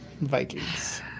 vikings